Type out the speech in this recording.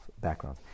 background